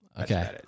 Okay